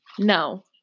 no